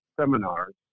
seminars